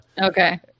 Okay